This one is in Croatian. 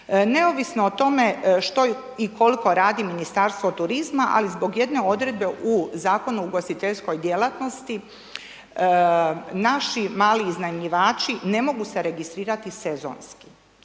neovisno o tome što i koliko radi Ministarstvo turizma ali zbog jedne odredbe u Zakonu u ugostiteljskoj djelatnosti naši mali iznajmljivači ne mogu se registrirati sezonski.